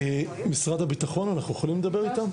משרד הביטחון, אנחנו יכולים לדבר איתם?